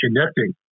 connecting